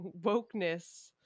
wokeness